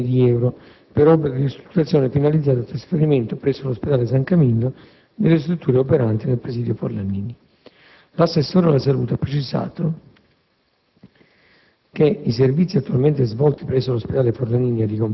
Lo stesso articolo stabilisce uno stanziamento di 20 milioni di euro «per opere di ristrutturazione finalizzate al trasferimento presso l'Ospedale S. Camillo, delle strutture operanti nel presidio Forlanini». L'Assessore alla Salute ha precisato